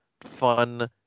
fun